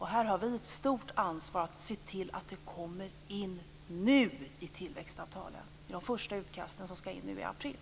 Här har vi ett stort ansvar att se till att det kommer in i de första utkasten av tillväxtavtalen, som skall in nu i april.